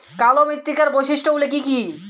কালো মৃত্তিকার বৈশিষ্ট্য গুলি কি কি?